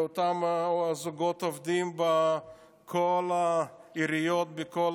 לאותם זוגות העובדים בכל העיריות ובכל